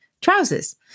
trousers